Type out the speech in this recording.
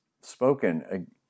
spoken